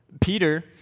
Peter